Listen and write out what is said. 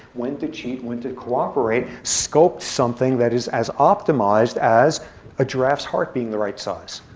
when to cheat, when to cooperate sculpts something that is as optimized as a giraffe's heart being the right size.